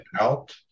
out